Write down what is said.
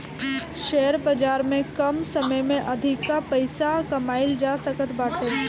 share बाजार में कम समय में अधिका पईसा कमाईल जा सकत बाटे